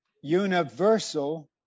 universal